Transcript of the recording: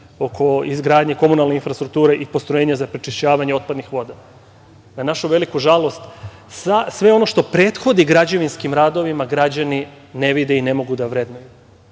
oko izgradnje komunalne infrastrukture za prečišćavanje otpadnih voda. Na našu veliku žalost sve ono što prethodi građevinskim radovima građani ne vide i ne mogu da vrednuju,